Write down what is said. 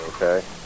okay